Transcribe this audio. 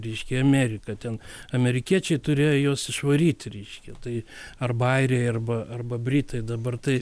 reiškia amerika ten amerikiečiai turėjo juos išvaryti reiškia tai arba airiai arba arba britai dabar tai